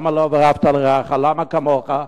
למה "כמוך"?